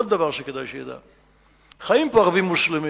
עוד דבר שכדאי שידע: חיים פה ערבים מוסלמים.